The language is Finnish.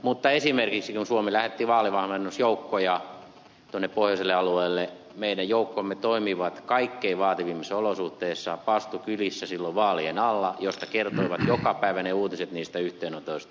mutta esimerkiksi kun suomi lähetti vaalivalmennusjoukkoja tuonne pohjoisille alueille meidän joukkomme toimivat kaikkein vaativimmissa olosuhteissa pastu kylissä silloin vaalien alla mistä kertoivat joka päivä ne uutiset niistä yhteenotoista